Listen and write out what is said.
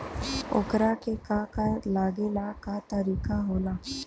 ओकरा के का का लागे ला का तरीका होला?